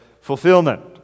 fulfillment